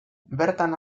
bertan